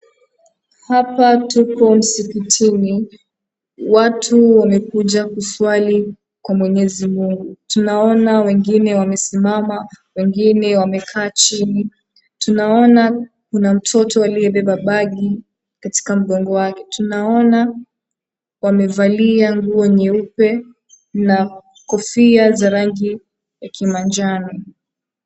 Hapa tuko msikitini. Watu wamekuja kuswali kwa mwenyezi Mungu. Tunaona wengine wamesimama wengine wamekaa chini. Tunaona kuna mtoto aliyebeba bagi katika mgongo wake. Tunaona wamevalia nguo nyeupe na kofia za rangi ya kimanjano.